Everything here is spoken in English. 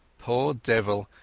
poor devil,